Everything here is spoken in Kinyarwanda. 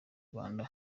rwanda